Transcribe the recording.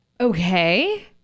Okay